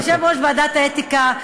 יושב-ראש ועדת האתיקה,